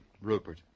Rupert